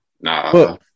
nah